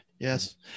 Yes